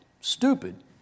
stupid